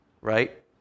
right